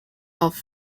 off